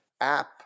app